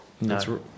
No